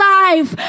life